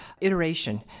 iteration